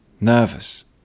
Nervous